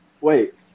Wait